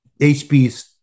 HP